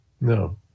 No